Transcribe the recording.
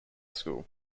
school